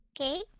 Okay